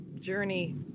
journey